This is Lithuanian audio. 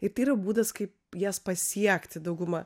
ir tai yra būdas kaip jas pasiekti dauguma